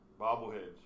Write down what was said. bobbleheads